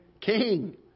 King